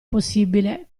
possibile